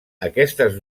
aquestes